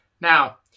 Now